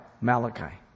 Malachi